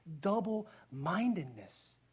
double-mindedness